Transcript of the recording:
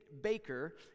baker